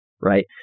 right